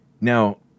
Now